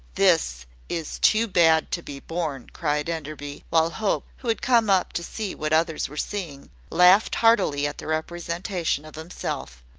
this is too bad to be borne, cried enderby while hope, who had come up to see what others were seeing, laughed heartily at the representative of himself.